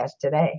today